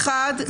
האחד,